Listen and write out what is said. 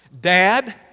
Dad